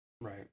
Right